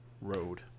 Road